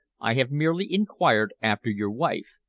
i have merely inquired after your wife,